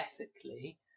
ethically